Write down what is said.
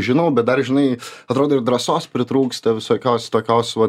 žinau bet dar žinai atrodo ir drąsos pritrūksta visokios tokios va